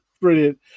Brilliant